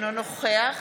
אינו נוכח